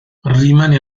rimane